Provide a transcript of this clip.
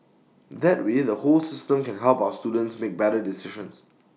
that way the whole system can help our students make better decisions